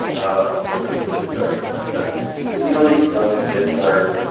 of course it gets dark at night! but it really doesn't get dark,